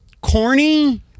corny